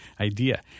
idea